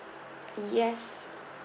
yes